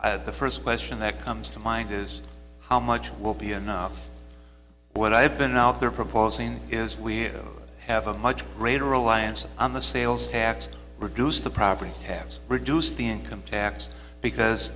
at the first question that comes to mind is how much will be enough when i've been out there proposing his we have a much greater reliance on the sales tax to reduce the property tax reduce the income tax because